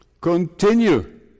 continue